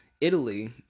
Italy